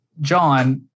John